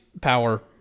power